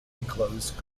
enclosed